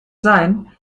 sein